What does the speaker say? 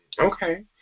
Okay